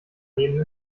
nehmen